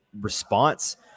response